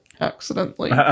accidentally